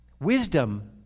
Wisdom